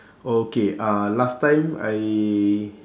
okay uh last time I